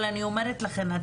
אבל אני אומרת לכן,